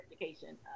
education